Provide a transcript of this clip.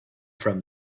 from